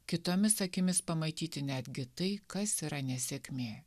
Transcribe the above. kitomis akimis pamatyti netgi tai kas yra nesėkmė